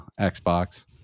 Xbox